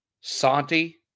Santi